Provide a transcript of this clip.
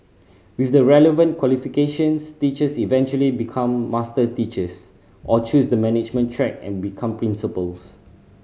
with the relevant qualifications teachers eventually become master teachers or choose the management track and become principals